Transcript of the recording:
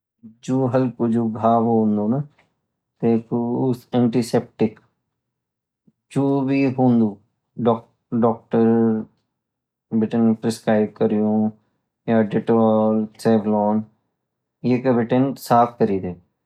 जो हलकूजो घाव होन्दु ना तेकू एंटीसेप्टिक जुभी होन्दु डॉक्टर बिटिन प्रिस्क्रिबे करियु या डेटोल सेवोलों एक बीतीं साफ करीते